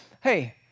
hey